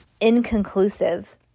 inconclusive